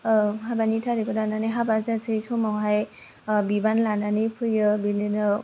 हाबानि तारिखखौ दाननानै हाबा जासै समावहाय बिबान लानानै फैयो बिदिनो